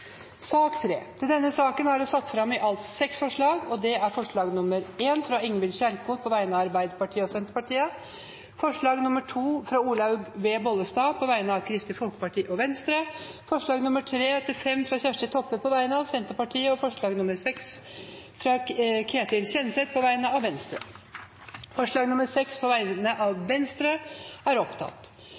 forslag nr. 1, fra Ingvild Kjerkol på vegne av Arbeiderpartiet og Senterpartiet forslag nr. 2, fra Olaug V. Bollestad på vegne av Kristelig Folkeparti og Venstre forslagene nr. 3–5, fra Kjersti Toppe på vegne av Senterpartiet forslag nr. 6, fra Ketil Kjenseth på vegne av Venstre Det voteres over forslag nr. 6, fra Venstre.